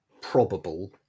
probable